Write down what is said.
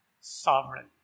sovereign